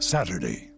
Saturday